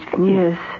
Yes